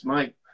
Mike